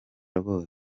rwose